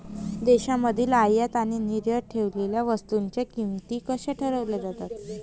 देशांमधील आयात आणि निर्यात केलेल्या वस्तूंच्या किमती कशा ठरवल्या जातात?